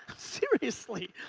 seriously.